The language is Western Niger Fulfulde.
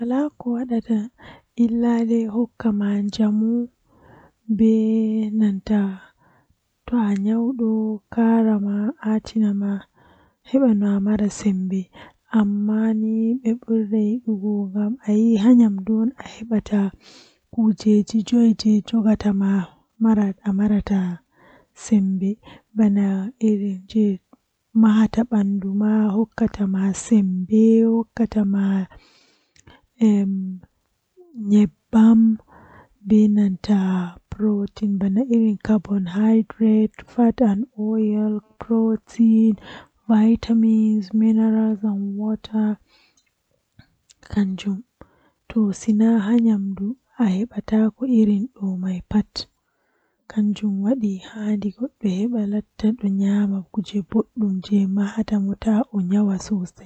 To ayidi ahawra shayi arandewol kam awada ndiym haa nder koofi deidei ko ayidi yarugo, Nden awadda ganye haako jei be wadirta tea man awaila haa nder awada shuga alanya jam ahebi tea malla shayi ma.